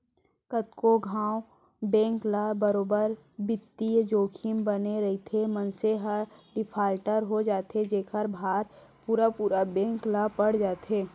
कतको घांव बेंक ल बरोबर बित्तीय जोखिम बने रइथे, मनसे ह डिफाल्टर हो जाथे जेखर भार पुरा पुरा बेंक ल पड़ जाथे